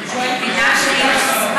היא שואלת אם אפשר לשוחח.